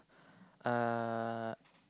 uh